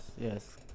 yes